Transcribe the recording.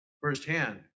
firsthand